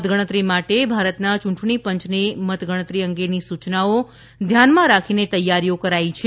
મતગણતરી માટે ભારતના ચૂંટણી પંચની મત ગણતરી અંગેની સુચનાઓ ધ્યાનમાં રાખીને તૈયારીઓ કરાઈ છે